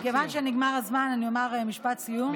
כיוון שנגמר הזמן, אומר משפט סיום.